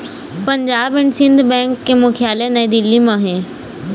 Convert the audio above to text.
Punjab and Sind bank के मुख्यालय नई दिल्ली म हे